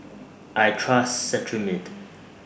I Trust Cetrimide